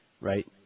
right